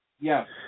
Yes